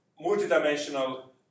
multi-dimensional